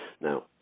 Now